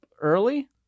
early